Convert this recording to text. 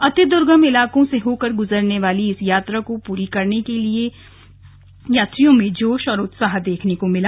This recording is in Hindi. अति दुर्गम इलाकों से होकर गुजरने वाली इस यात्रा को पूरी करने के बाद भी यात्रियों में जोश और उत्साह देखने को मिला